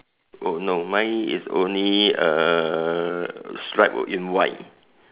oh no mine is only err stripe in white